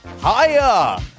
higher